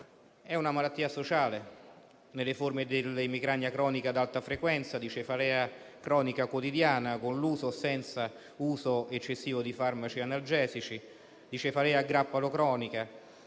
è una malattia sociale, nelle forme dell'emicrania cronica ad alta frequenza, della cefalea cronica quotidiana (con o senza uso eccessivo di farmaci analgesici) della cefalea a grappolo cronica,